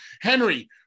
Henry